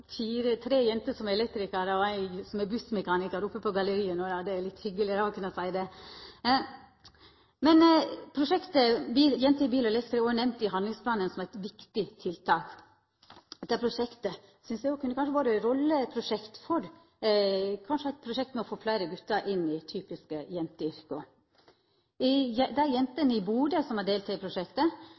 tre jenter som er elektrikarar, og ei som er bussmekanikar – dei sit oppe på galleriet no – det er hyggeleg å kunna seia det. Prosjektet «Jenter i bil og elektro» er nemnt i handlingsplanen som eit viktig tiltak. Dette prosjektet synest eg òg kunne vore eit rolleprosjekt for å få fleire gutar inn i typiske jenteyrke. Dei jentene i Bodø som har delteke i prosjektet,